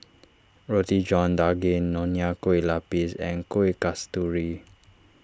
Roti John Daging Nonya Kueh Lapis and Kuih Kasturi